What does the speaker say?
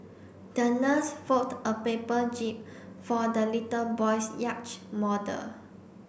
the nurse fold a paper jib for the little boy's yacht model